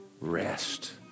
rest